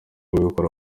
ababikora